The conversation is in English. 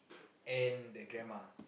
and the grandma